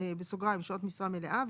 (שעות משרה מלאה),